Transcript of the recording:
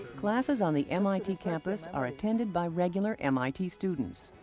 classes on the mit campus are attended by regular mit students.